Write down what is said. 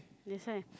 that's why